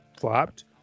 flopped